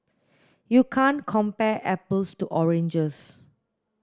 you can't compare apples to oranges